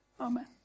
amen